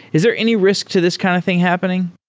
is there any risk to this kind of thing happening?